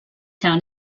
town